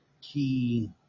key